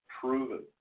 proven